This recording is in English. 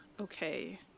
Okay